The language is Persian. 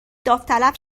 داوطلب